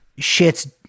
shits